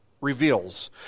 reveals